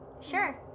Sure